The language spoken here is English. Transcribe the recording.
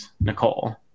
nicole